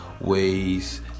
ways